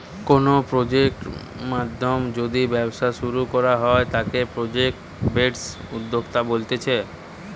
কোনো প্রজেক্ট নাধ্যমে যদি ব্যবসা শুরু করা হয় তাকে প্রজেক্ট বেসড উদ্যোক্তা বলতিছে